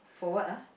for what ah